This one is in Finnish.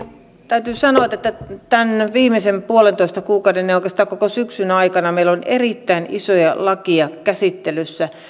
täytyy sanoa että että tämän viimeisen puolentoista kuukauden ja oikeastaan koko syksyn aikana meillä on erittäin isoja lakeja käsittelyssä